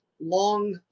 long